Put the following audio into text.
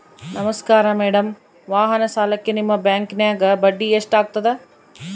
ನಮಸ್ಕಾರ ಮೇಡಂ ವಾಹನ ಸಾಲಕ್ಕೆ ನಿಮ್ಮ ಬ್ಯಾಂಕಿನ್ಯಾಗ ಬಡ್ಡಿ ಎಷ್ಟು ಆಗ್ತದ?